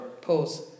Pause